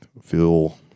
feel